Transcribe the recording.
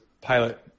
pilot